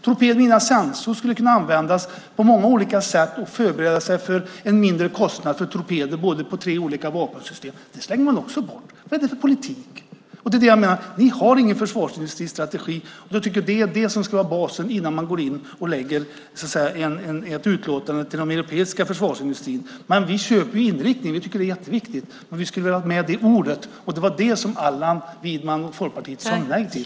Torped-mina-sensor skulle kunna användas på många olika sätt och för en mindre kostnad förberedas för torpeder på tre olika vapensystem - det slänger man också bort. Vad är det för politik? Ni har ingen försvarsindustristrategi, och jag tycker att det är det som ska vara basen innan man går in och lägger fram ett utlåtande. Vi köper dock inriktningen. Vi tycker att det här är jätteviktigt. Men vi skulle ha velat ha en annan formulering, och det var det som Allan Widman och Folkpartiet sade nej till.